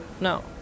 no